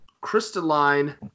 Crystalline